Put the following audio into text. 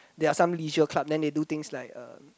they are some leisure club then they do things like uh